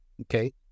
okay